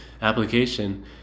Application